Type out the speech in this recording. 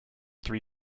three